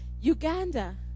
Uganda